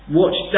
watch